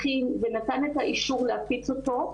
הכין ונתן את האישור להפיץ אותו,